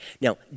Now